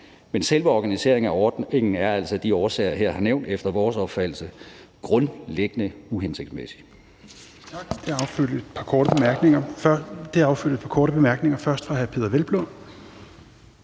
men selve organiseringen af ordningen er altså af de årsager, jeg her har nævnt, efter vores opfattelse grundlæggende uhensigtsmæssig.